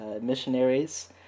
missionaries